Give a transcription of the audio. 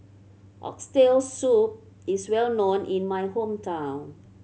Oxtail Soup is well known in my hometown